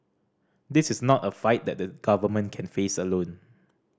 this is not a fight that the government can face alone